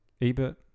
Ebert